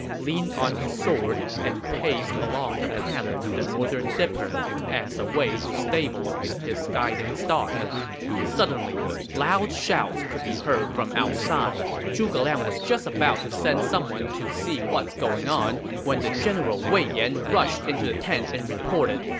leaned on his sword and paced along the pattern of the northern dipper as a way to stabilize his guiding star suddenly, loud shouts could be heard from outside. zhuge liang was just about to send someone out to see what's going on when the general wei yan rushed into the tent and reported,